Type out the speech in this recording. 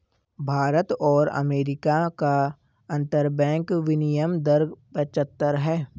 भारत और अमेरिका का अंतरबैंक विनियम दर पचहत्तर है